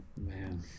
Man